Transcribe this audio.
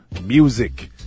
music